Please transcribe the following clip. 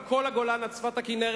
על כל הגולן עד שפת הכינרת,